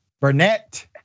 Burnett